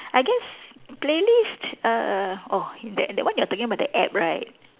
I guess playlist uh orh that that one you're talking about the app right